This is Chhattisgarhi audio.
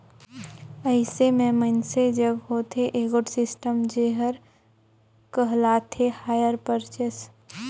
अइसे में मइनसे जग होथे एगोट सिस्टम जेहर कहलाथे हायर परचेस